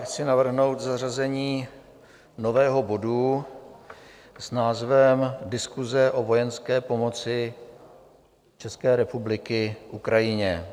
Chci navrhnout zařazení nového bodu s názvem Diskuse o vojenské pomoci České republiky Ukrajině.